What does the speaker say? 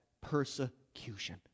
persecution